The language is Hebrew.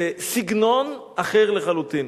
זה סגנון אחר לחלוטין.